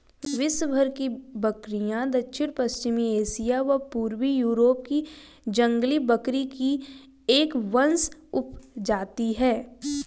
विश्वभर की बकरियाँ दक्षिण पश्चिमी एशिया व पूर्वी यूरोप की जंगली बकरी की एक वंशज उपजाति है